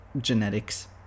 genetics